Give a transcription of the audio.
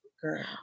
Girl